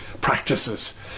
practices